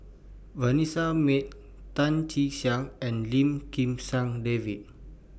Vanessa Mae Tan Che Sang and Lim Kim San David